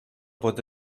pot